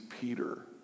Peter